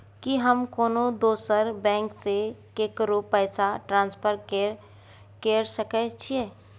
की हम कोनो दोसर बैंक से केकरो पैसा ट्रांसफर कैर सकय छियै?